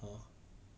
!huh!